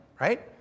right